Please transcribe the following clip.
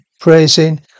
praising